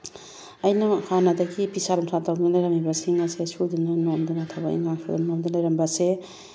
ꯑꯩꯅ ꯍꯥꯟꯅꯗꯒꯤ ꯐꯤꯁꯥ ꯂꯣꯟꯁꯥ ꯇꯧꯗꯨꯅ ꯂꯩꯔꯝꯃꯤꯕꯁꯤꯡ ꯑꯁꯦ ꯁꯨꯗꯅ ꯅꯣꯝꯗꯅ ꯊꯕꯛ ꯏꯟꯈꯥꯡ ꯅꯣꯝꯗꯅ ꯂꯩꯔꯝꯕ ꯑꯁꯦ